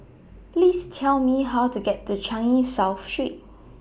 Please Tell Me How to get to Changi South Street